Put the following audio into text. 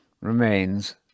remains